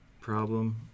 problem